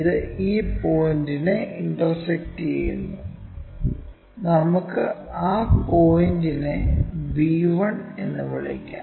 ഇത് ഈ പോയിന്റിനെ ഇന്റർസെക്ക്ട് ചെയ്യുന്നു നമുക്ക് ആ പോയിന്റിനെ b 1 എന്ന് വിളിക്കാം